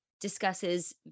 discusses